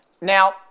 Now